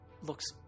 looks